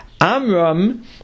Amram